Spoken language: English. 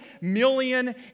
million